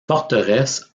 forteresse